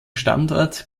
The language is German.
standort